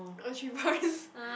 oh three points